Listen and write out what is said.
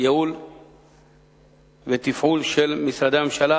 ייעול ותפעול של משרדי הממשלה.